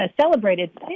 celebrated